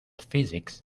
physics